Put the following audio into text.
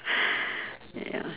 ya